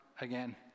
again